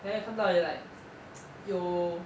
then 看到有一点 like 有